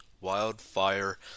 Wildfire